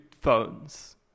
phones